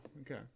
okay